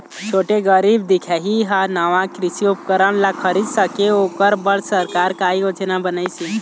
छोटे गरीब दिखाही हा नावा कृषि उपकरण ला खरीद सके ओकर बर सरकार का योजना बनाइसे?